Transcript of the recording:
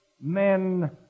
men